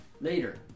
later